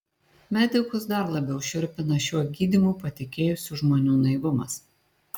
medikus dar labiau šiurpina šiuo gydymu patikėjusių žmonių naivumas